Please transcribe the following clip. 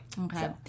okay